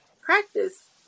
practice